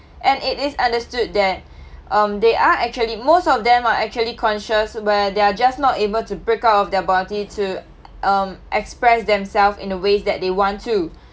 and it is understood that um they are actually most of them are actually conscious where they're just not able to break out of their body to um express themselves in the ways that they want to